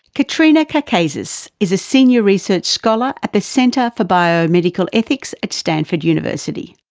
katrina karkazi is is a senior research scholar at the center for biomedical ethics at stanford university.